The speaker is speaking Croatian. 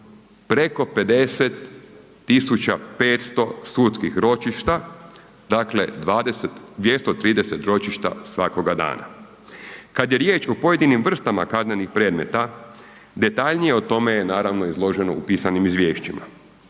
preko 50500 sudskih ročišta, dakle 20, 230 ročišta svakoga dana. Kad je riječ o pojedinim vrstama kaznenih predmeta detaljnije o tome je naravno izloženo u pisanim izvješćima.